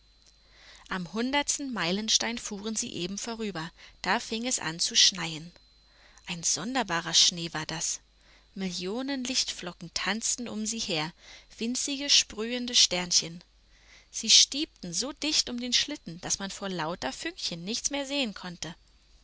am hundertsten meilenstein fuhren sie eben vorüber da fing es an zu schneien ein sonderbarer schnee war das millionen lichtflocken tanzten um sie her winzige sprühende sternchen sie stiebten so dicht um den schlitten daß man vor lauter fünkchen nichts mehr sehen konnte